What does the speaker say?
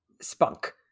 spunk